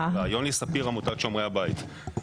מעמותת "שומרי הבית".